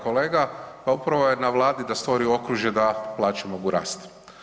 Kolega, pa upravo je na Vladi da stvori okružje da plaće mogu rast.